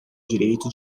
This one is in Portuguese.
direito